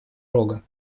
рога